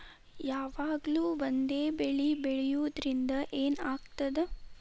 ಯಾವಾಗ್ಲೂ ಒಂದೇ ಬೆಳಿ ಬೆಳೆಯುವುದರಿಂದ ಏನ್ ಆಗ್ತದ?